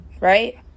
right